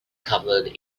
covered